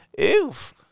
Oof